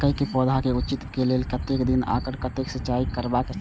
मके के पौधा के उचित वृद्धि के लेल कतेक दिन आर कतेक बेर सिंचाई करब आवश्यक छे?